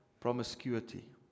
promiscuity